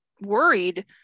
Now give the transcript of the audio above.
worried